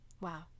Wow